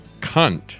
Cunt